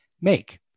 make